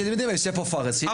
אתם יודעים יושב פה פארס שיגיד,